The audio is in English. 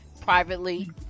privately